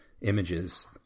images